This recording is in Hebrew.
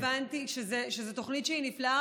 והבנתי שזאת תוכנית נפלאה,